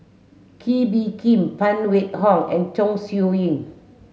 Kee Bee Khim Phan Wait Hong and Chong Siew Ying